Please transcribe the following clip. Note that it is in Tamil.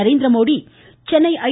நரேந்திரமோடி சென்னை ஐ